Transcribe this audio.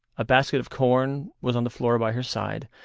a basket of corn was on the floor by her side,